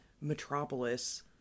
metropolis